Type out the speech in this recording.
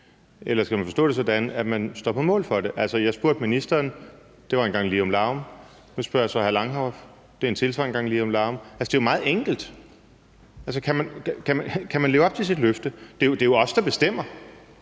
eller skal man forstå det sådan, at man står på mål for det? Jeg spurgte ministeren, og det svar, jeg fik, var en gang lirumlarum. Nu spørger jeg så hr. Rasmus Horn Langhoff, og hans svar er endnu en gang lirumlarum. Altså, det er jo meget enkelt. Kan man leve op til sit løfte? Det er jo os, der bestemmer.